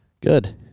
Good